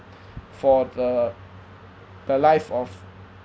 for the the life of